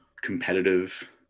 competitive